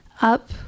up